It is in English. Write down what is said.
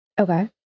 Okay